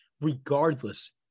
Regardless